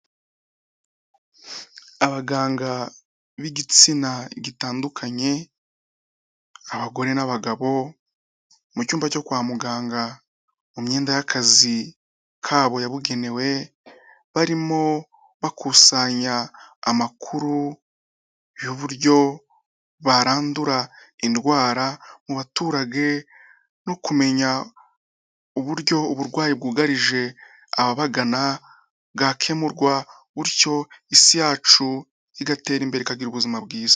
Abaganga b'igitsina gitandukanye, abagore n'abagabo mu cyumba cyo kwa muganga mu myenda y'akazi kabo yabugenewe, barimo bakusanya amakuru y'uburyo barandura indwara mu baturage no kumenya uburyo uburwayi bwugarije ababagana bwakemurwa; bityo isi yacu igatera imbere ikagira ubuzima bwiza.